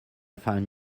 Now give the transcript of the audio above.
find